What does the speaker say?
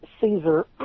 Caesar